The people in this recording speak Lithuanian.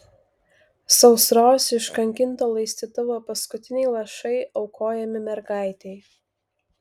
sausros iškankinto laistytuvo paskutiniai lašai aukojami mergaitei